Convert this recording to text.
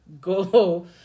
go